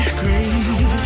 green